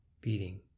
beating